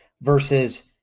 versus